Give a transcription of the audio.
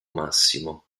massimo